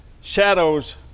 shadows